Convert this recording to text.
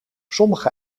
sommige